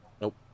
Nope